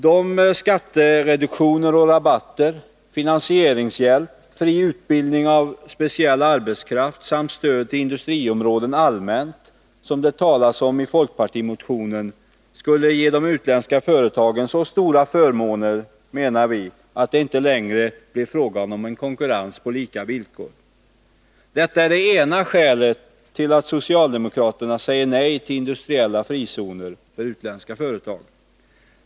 De skattereduktioner och rabatter, den finansieringshjälp och den fria utbildning av speciell arbetskraft samt det stöd av industriområden rent allmänt som det talas om i folkpartimotionen skulle ge de utländska företagen så stora förmåner, menar vi, att det inte längre skulle vara fråga om konkurrens på lika villkor. Detta är det ena skälet till att socialdemokraterna säger nej till industriella frizoner för utländska företag.